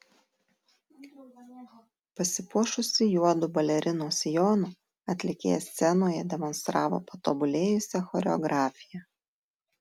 pasipuošusi juodu balerinos sijonu atlikėja scenoje demonstravo patobulėjusią choreografiją